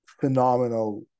phenomenal